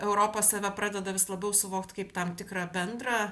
europa save pradeda vis labiau suvokt kaip tam tikrą bendrą